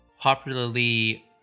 popularly